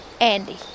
Andy